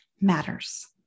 matters